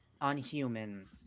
Unhuman